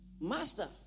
Master